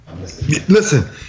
listen